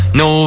no